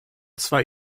zwar